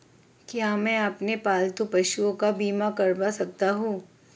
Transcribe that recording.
क्या मैं अपने पालतू पशुओं का बीमा करवा सकता हूं?